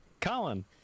Colin